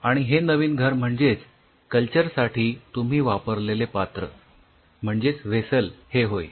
आणि हे नवीन घर म्हणजेच कल्चर साठी तुम्ही वापरलेले पात्र म्हणजेच व्हेसल हे होय